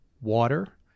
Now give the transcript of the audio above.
water